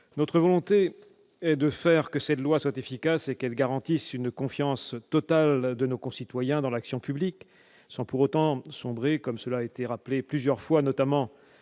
Notre volonté est de faire que cette loi soit efficace et qu'elle garantisse une confiance totale de nos concitoyens dans l'action publique, sans pour autant sombrer, comme cela a été rappelé plusieurs fois, notamment